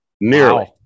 Nearly